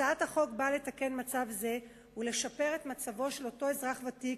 הצעת החוק באה לתקן מצב זה ולשפר את מצבו של אותו אזרח ותיק,